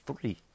three